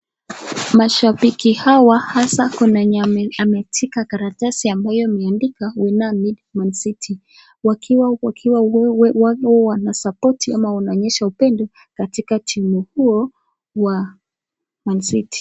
Mashambiki hawa hasa kuna mwenye ameshika karatasi ambayo ameandika we now need Man city wakiwa huwa wana support ama wanaonyesha upendo katika timu huo wa Man city.